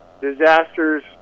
disasters